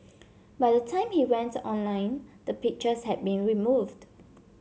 by the time he went online the pictures had been removed